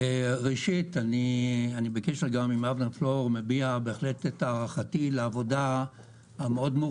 ראשית אני בקשר עם אבנר פלור ומביע את הערכתי לעבודה המורכבת